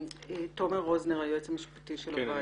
תומר רוזנר, היועץ המשפטי של הוועדה.